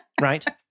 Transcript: Right